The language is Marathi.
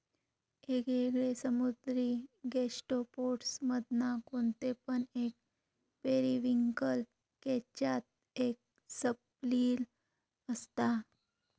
येगयेगळे समुद्री गैस्ट्रोपोड्स मधना कोणते पण एक पेरिविंकल केच्यात एक सर्पिल असता